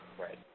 Right